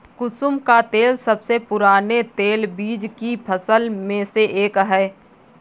कुसुम का तेल सबसे पुराने तेलबीज की फसल में से एक है